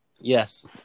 yes